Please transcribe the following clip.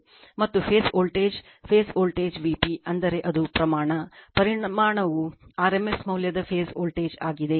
ಮತ್ತು phase voltage phase voltage Vp ಅಂದರೆ ಅದು ಪ್ರಮಾಣ ಪರಿಮಾಣವು rms ಮೌಲ್ಯದ ಫೇಸ್ ವೋಲ್ಟೇಜ್ ಆಗಿದೆ